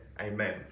Amen